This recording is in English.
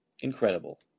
Incredible